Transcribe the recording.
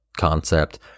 concept